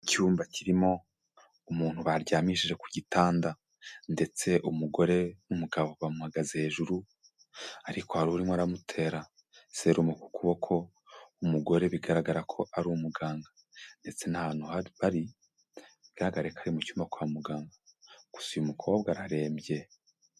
Icyumba kirimo umuntu baryamishije ku gitanda, ndetse umugore n'umugabo bamuhagaze hejuru, ariko hari urimo aramutera serumu ku kuboko, umugore bigaragara ko ari umuganga, ndetse n'ahantu ha bari bigaragare ari mu cyumba kwa muganga, gusa uyu mukobwa ararembye.